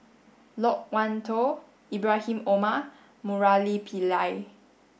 Loke Wan Tho Ibrahim Omar and Murali Pillai